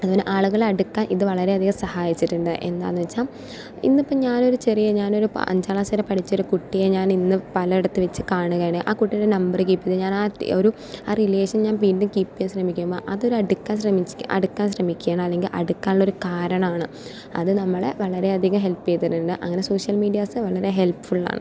അതുപോലെ ആളുകൾ അടുക്കാൻ ഇത് വളരെയധികം സഹായിച്ചിട്ടുണ്ട് എന്താണെന്ന് വെച്ചാൽ ഇന്നിപ്പം ഞാനൊരു ചെറിയ ഞാനൊരു അഞ്ചാം ക്ലാസ് വരെ പഠിച്ചൊരു കുട്ടിയെ ഞാനിന്ന് പലയിടത്ത് വെച്ച് കണുകയാണ് ആ കുട്ടിയുടെ നമ്പർ കീപ്പ് ചെയ്ത് ഞാൻ ആ ഒരു ആ റിലേഷൻ ഞാൻ വീണ്ടും കീപ്പ് ചെയ്യാൻ ശ്രമിക്കുമ്പോൾ അതൊരു അടുക്കാൻ ശ്രമിച്ച് അടുക്കാൻ ശ്രമിക്കുകയാണ് അല്ലെങ്കിൽ അടുക്കാനുള്ള ഒരു കാരണം ആണ് അത് നമ്മളെ വളരെയധികം ഹെൽപ്പ് ചെയ്തിട്ടുണ്ട് അങ്ങനെ സോഷ്യൽ മീഡിയാസ് വളരെ ഹെൽപ്പ്ഫുൾ ആണ്